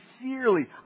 sincerely